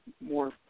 more